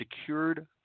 secured